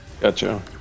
Gotcha